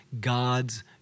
God's